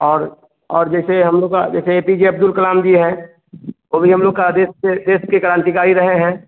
और और जैसे हम लोग का जैसे ए पी जे अब्दुल कलाम जी है वो भी हम लोग का देश के देश के क्रांतिकारी रहे हैं